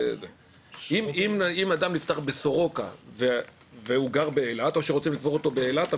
אם אדם נפטר בסורוקה והוא גר באילת או שרוצים לקבור אותו באילת,